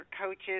coaches